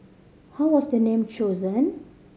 how was the name chosen